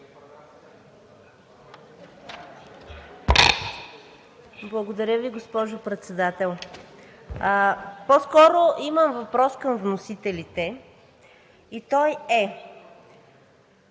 Благодаря Ви, госпожо Председател. По-скоро имам въпрос към вносителите и той е: